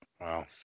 Wow